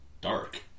dark